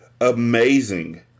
Amazing